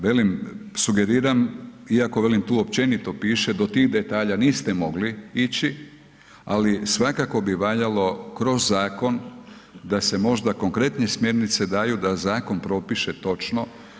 Velim, sugeriram iako velim tu općenito piše, do tih detalja niste mogli ići ali svakako bi valjalo kroz zakon da se možda konkretnije smjernice daju da zakon propiše točno.